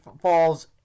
falls